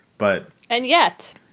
but and yet.